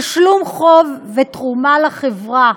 תשלום חוב ותרומה לחברה,